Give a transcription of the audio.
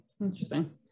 Interesting